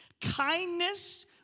Kindness